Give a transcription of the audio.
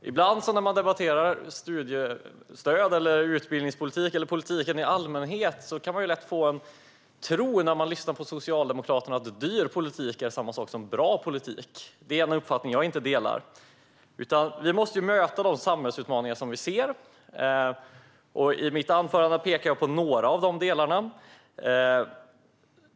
När man ibland debatterar studiestöd, utbildningspolitik eller politik i allmänhet kan man när man lyssnar på Socialdemokraterna lätt tro att dyr politik är detsamma som bra politik. Denna uppfattning delar inte jag. Vi måste möta de samhällsutmaningar som vi ser. I mitt anförande pekade jag på några av dessa delar.